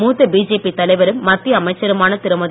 மூத்த பிஜேபி தலைவரும் மத்திய அமைச்சருமான திருமதி